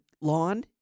lawn